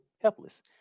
helpless